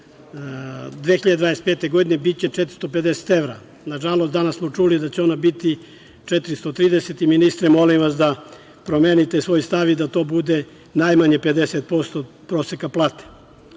2025. godine, biće 450 evra. Nažalost, danas smo čuli da će ona biti 430 evra. Ministre, molim vas da promenite svoj stav i da to bude najmanje 50% proseka plate. Ovom